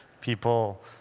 people